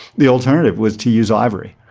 the alternative was to use ivory.